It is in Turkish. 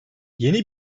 yeni